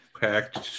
packed